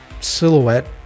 silhouette